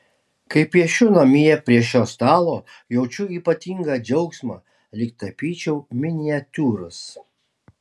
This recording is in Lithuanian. kai piešiu namie prie šio stalo jaučiu ypatingą džiaugsmą lyg tapyčiau miniatiūras